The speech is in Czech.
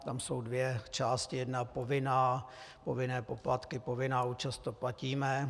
Tam jsou dvě části, jedna je povinná, povinné poplatky, povinná účast to platíme.